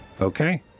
Okay